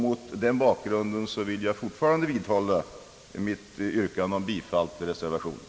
Mot den bakgrunden vidhåller jag mitt yrkande om bifall till reservationen.